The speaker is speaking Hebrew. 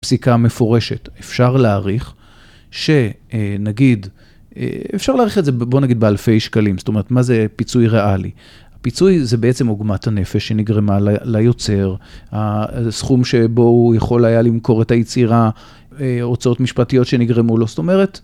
פסיקה מפורשת, אפשר להעריך שנגיד, אפשר להעריך את זה בבוא נגיד, באלפי שקלים, זאת אומרת, מה זה פיצוי ריאלי? הפיצוי זה בעצם עוגמת הנפש שנגרמה ליוצר, הסכום שבו הוא יכול היה למכור את היצירה, הוצאות משפטיות שנגרמו לו, זאת אומרת...